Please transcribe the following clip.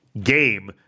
game